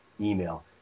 email